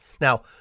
Now